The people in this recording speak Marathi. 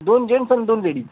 दोन जेन्ट्स आणि दोन लेडीज